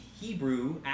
Hebrew